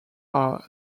are